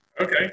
okay